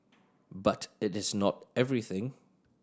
but it is not everything